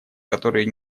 которых